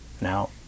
Now